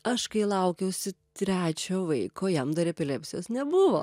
aš kai laukiausi trečio vaiko jam dar epilepsijos nebuvo